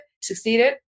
succeeded